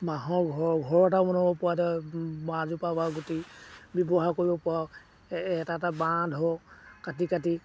বাঁহৰ ঘৰ ঘৰ এটাও বনাব পৰা বাঁহজোপা বা গুটি ব্যৱহাৰ কৰিব পৰা এটা এটা বাঁহ ধৰক কাটি কাটি